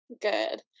Good